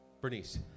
Bernice